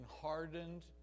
hardened